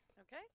Okay